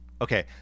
Okay